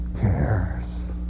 cares